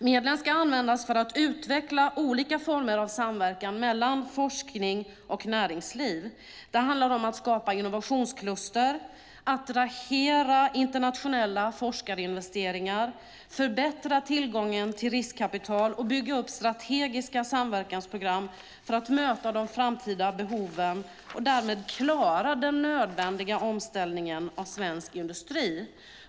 Medlen ska användas för att utveckla olika former av samverkan mellan forskning och näringsliv. Det handlar om att skapa innovationskluster, attrahera internationella forskningsinvesteringar, förbättra tillgången till riskkapital och bygga upp strategiska samverkansprogram för att möta de framtida behoven och därmed klara den nödvändiga omställningen av svensk industri.